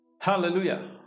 hallelujah